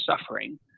suffering